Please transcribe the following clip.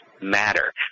matter